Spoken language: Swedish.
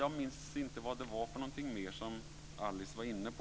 Jag minns inte vad Alice mer var inne på.